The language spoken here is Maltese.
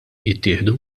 jittieħdu